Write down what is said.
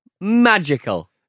Magical